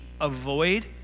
avoid